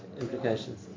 implications